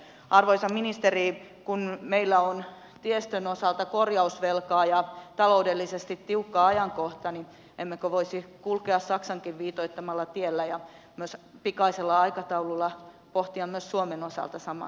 arvoisa ministeri kun meillä on tiestön osalta korjausvelkaa ja taloudellisesti tiukka ajankohta niin emmekö voisi kulkea saksankin viitoittamalla tiellä ja pikaisella aikataululla pohtia myös suomen osalta samankaltaista toimenpidettä